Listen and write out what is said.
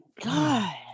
God